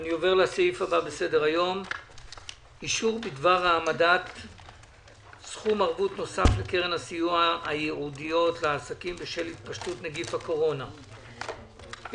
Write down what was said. ננעלה בשעה 10:35.